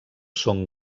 són